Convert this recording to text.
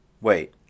Wait